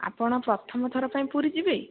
ଆପଣ ପ୍ରଥମ ଥର ପାଇଁ ପୁରୀ ଯିବେ